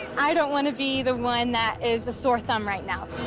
i don't wanna be the one that is the sore thumb right now.